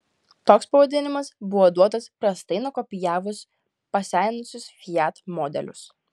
toks pavadinimas buvo duotas prastai nukopijavus pasenusius fiat modelius